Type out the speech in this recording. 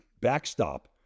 backstop